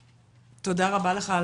תודה רבה לך.